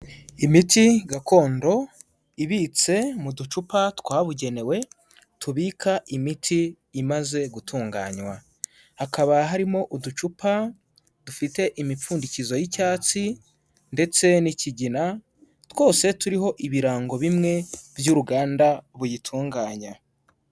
Imiti gakondo ibitse mu ducupa twabugenewe tubika imiti imaze gutunganywa. Hakaba harimo uducupa dufite imipfundikizo y'icyatsi ndetse n'ikigina twose turiho ibirango bimwe by'uruganda buyitunganya.